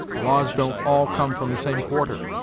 laws don't all come from the same quarter.